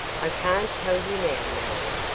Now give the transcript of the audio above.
i can't tell you now, marion.